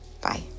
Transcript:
Bye